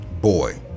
Boy